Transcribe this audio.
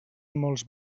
molts